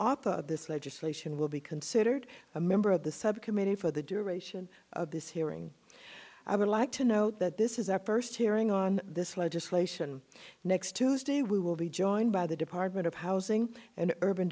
of this legislation will be considered a member of the subcommittee for the duration of this hearing i would like to note that this is our first hearing on this legislation next tuesday we will be joined by the department of housing and urban